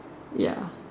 ya